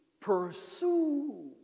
pursue